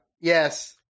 Yes